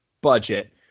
budget